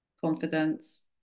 confidence